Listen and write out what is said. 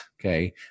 Okay